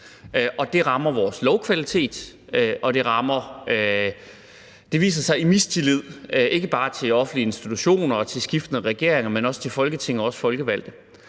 Det rammer vores lovkvalitet, og det viser sig som mistillid, ikke bare til offentlige institutioner og til skiftende regeringer, men også til Folketinget og os folkevalgte.